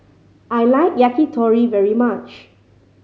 I like Yakitori very much